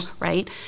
Right